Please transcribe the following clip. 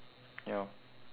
ya